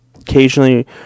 occasionally